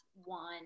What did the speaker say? one